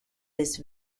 this